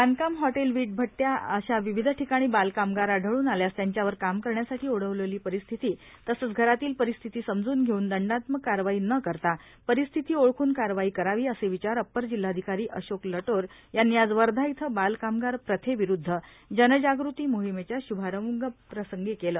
बांधकाम होटेल यीट भट्ट्या अशा विविध ठिकाणी बाल कामगार आब्कूल आल्यास त्यांच्यावर काम करण्यासाठी ओढविलेली परिस्थिती तसंच घरातील परिस्थिती समजूव घेऊन दंडात्मक कारवाई न करता परिस्थिती ओळखून कारवाई करावी असे विवार अपर जिल्हाविकारी अशोक लवेर यांनी आज वर्घा इथं बाल कामगार प्रथेविरूद्ध जनजागृती मोहिमेच्या शुभारंभ प्रसंगी केले